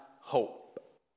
hope